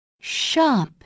shop